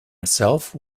itself